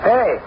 Hey